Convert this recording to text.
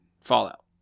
Fallout